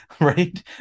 right